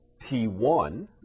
P1